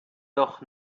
doch